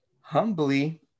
humbly